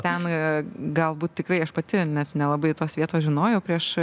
ten galbūt tikrai aš pati nes nelabai tos vietos žinojau prieš